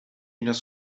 nos